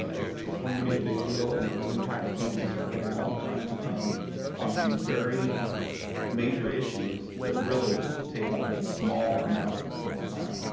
it's it's going to be a big deal and it will impact kansas for a long time to come on some very major issues that really take up a small amount of the court's time.